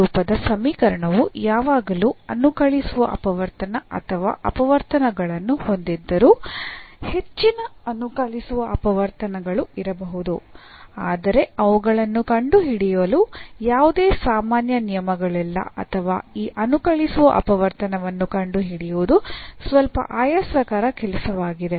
ರೂಪದ ಸಮೀಕರಣವು ಯಾವಾಗಲೂ ಅನುಕಲಿಸುವ ಅಪವರ್ತನ ಅಥವಾ ಅಪವರ್ತನಗಳನ್ನು ಹೊಂದಿದ್ದರೂ ಹೆಚ್ಚಿನ ಅನುಕಲಿಸುವ ಅಪವರ್ತನಗಳು ಇರಬಹುದು ಆದರೆ ಅವುಗಳನ್ನು ಕಂಡುಹಿಡಿಯಲು ಯಾವುದೇ ಸಾಮಾನ್ಯ ನಿಯಮಗಳಿಲ್ಲ ಅಥವಾ ಈ ಅನುಕಲಿಸುವ ಅಪವರ್ತನವನ್ನು ಕಂಡುಹಿಡಿಯುವುದು ಸ್ವಲ್ಪ ಆಯಾಸಕರ ಕೆಲಸವಾಗಿದೆ